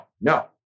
No